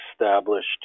established